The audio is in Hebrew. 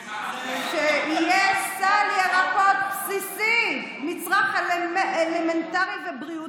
שיהיה סל ירקות בסיסי, מצרך אלמנטרי ובריאותי.